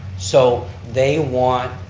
so they want